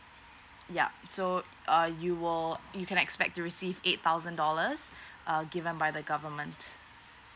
ya so uh you will you can expect to receive eight thousand dollars uh given by the government